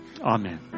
Amen